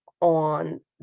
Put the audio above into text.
on